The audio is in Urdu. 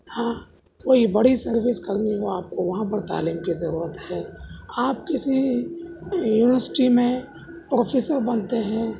ہاں کوئی بڑی سروس کرنی ہو آپ کو وہاں پر تعلیم کی ضرورت ہے آپ کسی یونیورسٹی میں پروفیسر بنتے ہیں